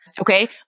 Okay